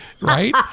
Right